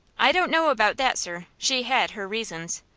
i don't know about that, sir. she had her reasons,